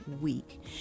week